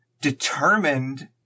determined